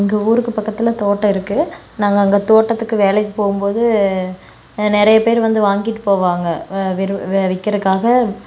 எங்கள் ஊருக்கு பக்கத்தில் தோட்டம் இருக்குது நாங்கள் அங்கே தோட்டத்துக்கு வேலைக்கு போகும் போது நிறையப் பேர் வந்து வாங்கிட்டு போவாங்க வ வெறு விற்கிறக்காக